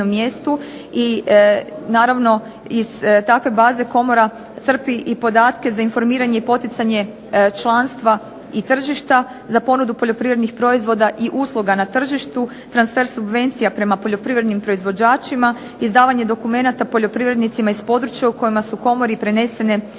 i naravno iz takve baze komora crpi podatke za informiranje i poticanje članstva i tržišta za ponudu poljoprivrednih proizvoda i usluga na tržištu, transfer subvencija prema poljoprivrednim proizvođačima, izdavanja dokumenata poljoprivrednicima iz područja u kojima su komori prenesene javne